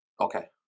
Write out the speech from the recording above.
Okay